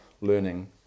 learning